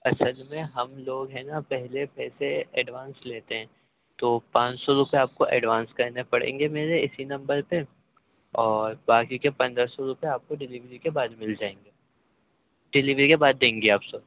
اچھا جی میں ہم لوگ ہیں نا پہلے پیسے ایڈوانس لیتے ہیں تو پانچ سو روپے آپ کو ایڈوانس کرنے پڑیں گے میرے اسی نمبر پہ اور باقی کے پندرہ سو روپے آپ کو ڈلیوری کے بعد مل جائیں گے ڈلیوری کے بعد دیں گے آپ ساری